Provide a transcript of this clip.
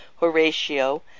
Horatio